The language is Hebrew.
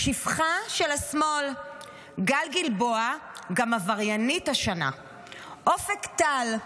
"שפחה של השמאל"; גל גלבוע: "גם עבריינית השנה"; אופק טל: